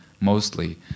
Mostly